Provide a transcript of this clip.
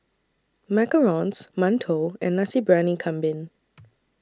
Macarons mantou and Nasi Briyani Kambing